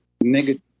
negative